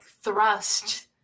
thrust